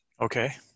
Okay